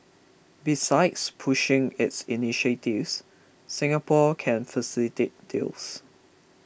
besides pushing its initiatives Singapore can facilitate deals